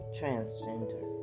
transgender